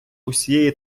усієї